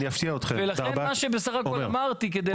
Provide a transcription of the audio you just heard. עומר,